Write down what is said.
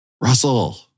Russell